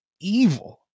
evil